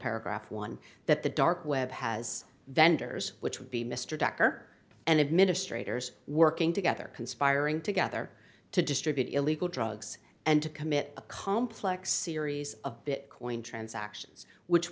paragraph one that the dark web has vendors which would be mr decker and administrators working together conspiring together to distribute illegal drugs and to commit a complex series of bit coin transactions which